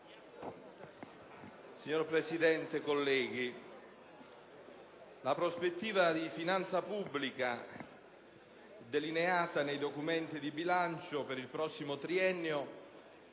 Signor Presidente, colleghi, la prospettiva di finanza pubblica delineata nei documenti di bilancio per il prossimo triennio